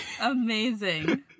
amazing